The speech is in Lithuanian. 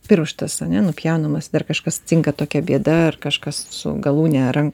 pirštas ar ne nupjaunamas dar kažkas atsitinka tokia bėda ar kažkas su galūne ranką